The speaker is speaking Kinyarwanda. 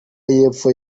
y’epfo